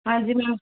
ਹਾਂਜੀ ਮੈਮ